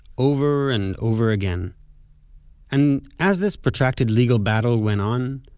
over and over again and as this protracted legal battle went on,